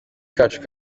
kacu